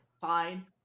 Fine